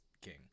king